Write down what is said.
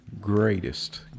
greatest